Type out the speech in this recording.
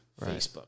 Facebook